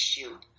issue